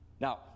Now